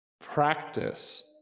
practice